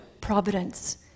providence